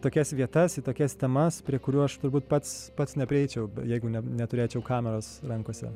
tokias vietas į tokias temas prie kurių aš turbūt pats pats neprieičiau jeigu ne neturėčiau kameros rankose